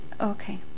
okay